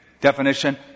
definition